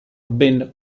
ben